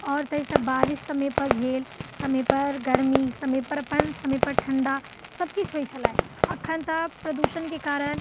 आओर ताहिसँ बारिश समय पर भेल समय पर गर्मी समय पर अपन समय पर ठण्डा सभकिछु होइत छलै अखन तऽ प्रदूषणके कारण